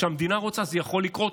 כשהמדינה רוצה זה יכול לקרות,